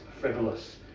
frivolous